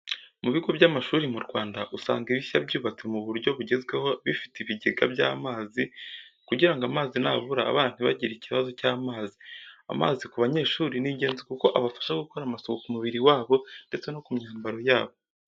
Mu bigo by'amashuri mu Rwanda usanga ibishya byubatse mu buryo bugezweho bifite ibigega by'amazi, kugira ngo amazi nabura abana ntibagire ikibazo cy'amazi. Amazi ku banyeshuri ni ingenzi kuko abafasha gukora amasuku ku mubiri wabo ndetse no myambaro yabo.